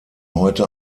heute